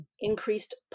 increased